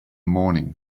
morning